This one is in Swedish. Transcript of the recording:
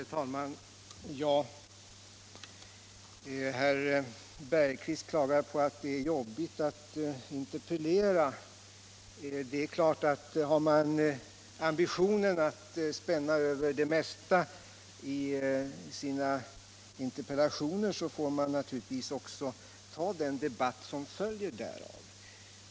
Herr talman! Herr Jan Bergqvist i Göteborg klagar på att det är jobbigt att interpellera. Har man ambitioner att spänna över det mesta i sina 31 interpellationer får man naturligtvis också ta den debatt som följer därav!